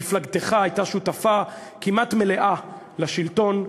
מפלגתך הייתה שותפה כמעט מלאה לשלטון,